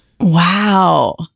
Wow